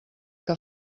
que